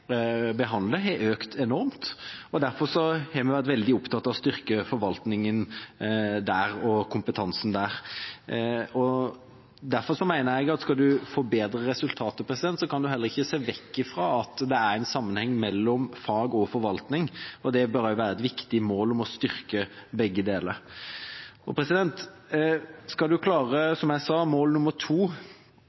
har økt enormt. Derfor har vi vært veldig opptatt av å styrke forvaltningen og kompetansen der. Derfor mener jeg at skal en forbedre resultatene, kan en ikke se vekk fra at det er en sammenheng mellom fag og forvaltning, og det bør være et viktig mål å styrke begge deler. Skal en lykkes med å nå mål nr. 2, som gjelder å styrke den bistandsfaglige kompetansen i UD, må en i alle fall unngå rotasjon. Jeg